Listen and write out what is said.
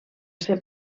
ser